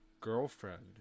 girlfriend